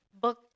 book